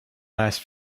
last